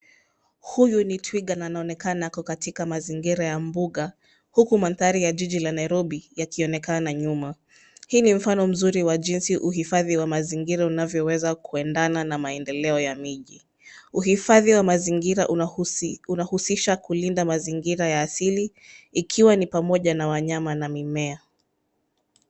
Huyu ni twiga na anaonekana ako katika mazingira ya mbuga huku mandhari ya jiji la Nairobi yakionekana nyuma. Hii ni mfano wa jinsi uhifadhi wa mazingira unavyoweza kuendana na maendeleo la jiji. Uhifadhi wa mazingira unahusisha kulinda mazingira ya asili ikiwa ni pamoja na wanyama na mimea.